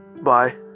Bye